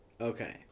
Okay